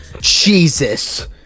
Jesus